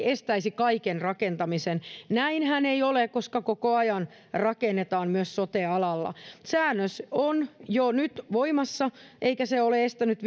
estäisi kaiken rakentamisen näinhän ei ole koska koko ajan rakennetaan myös sote alalla säännös on jo nyt voimassa eikä se siis ole estänyt